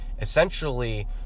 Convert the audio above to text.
essentially